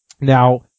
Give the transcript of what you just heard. Now